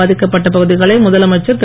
பாதிக்கப்பட்ட பகுதிகளை முதலமைச்சர் திரு